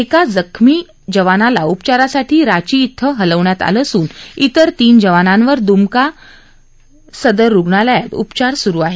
एका जखमी जवानाला उपचारासाठी रांची इथं हलवण्यात आलं असून इतर तीन जवानांवर दुमका सदर रुग्णालयात उपचार सुरु आहेत